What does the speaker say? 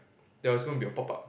there's gonna be a pop-up